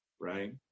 Right